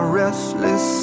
restless